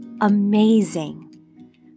amazing